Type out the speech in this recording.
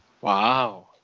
Wow